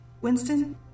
Winston